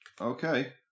Okay